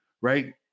right